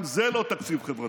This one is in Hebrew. גם זה לא תקציב חברתי.